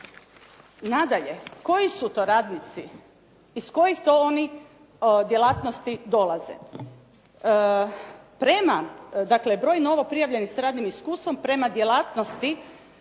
Nadalje, koji su to radnici, iz kojih to oni djelatnosti dolaze? Prema, dakle broj novo prijavljenih sa radnim iskustvom prema djelatnosti